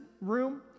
room